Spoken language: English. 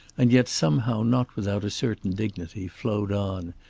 and yet somehow not without a certain dignity, flowed on.